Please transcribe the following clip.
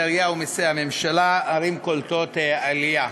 העירייה ומסי הממשלה (פטורין) (ערים קולטות עלייה).